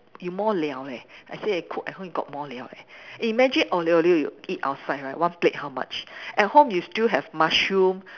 you more 料 leh I say I cook at home you got more 料 leh imagine aglio olio you eat outside right one plate how much at home you still have mushroom